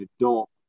adult